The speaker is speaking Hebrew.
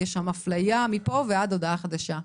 יש שם אפליה מפה ועד הודעה חדשה.